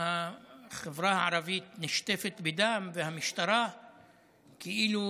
החברה הערבית נשטפת בדם, והמשטרה כאילו